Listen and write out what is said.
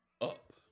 up